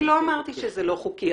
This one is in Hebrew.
אני לא אמרתי שזה לא מותר חוקית.